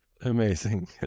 Amazing